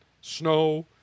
snow